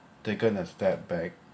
taken a step back